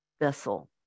vessel